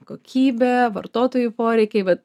kokybė vartotojų poreikiai vat